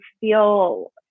feel